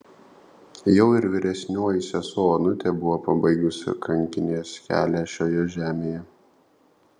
jau ir vyresnioji sesuo onutė buvo pabaigusi kankinės kelią šioje žemėje